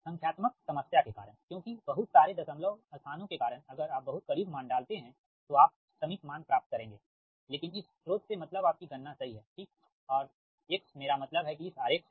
संख्यात्मक समस्या के कारण क्योंकि बहुत सारे दशमलव स्थानों के कारण अगर आप बहुत करीब मान डालते है तो आप समीप मान प्राप्त करेंगे है लेकिन इस स्रोत से मतलब आपकी गणना सही है ठीक और X मेरा मतलब है कि इस आरेख से